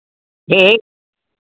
ठीक